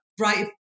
right